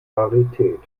rarität